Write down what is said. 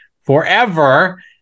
forever